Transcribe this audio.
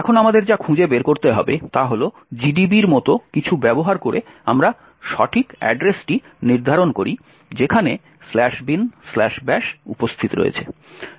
এখন আমাদের যা খুঁজে বের করতে হবে তা হল GDB এর মতো কিছু ব্যবহার করে আমরা সঠিক অ্যাড্রেসটি নির্ধারণ করি যেখানে binbash উপস্থিত রয়েছে